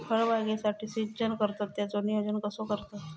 फळबागेसाठी सिंचन करतत त्याचो नियोजन कसो करतत?